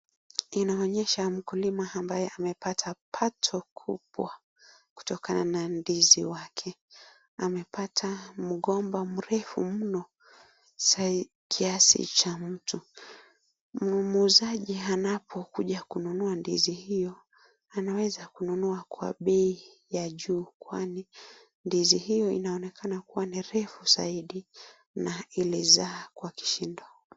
Inaonyesha mkulima ambaye amepata pato kubwa kutokana na ndizi wake. Amepata mgomba mrefu mno kiasi cha mtu. Mnunuaji anapokuja kununua ndizi hiyo anaweza kununu kwa bei ya juu kwani ndizi hiyo inaonekana kuwa ni refu zaidi na ilizaa kwa kishindo.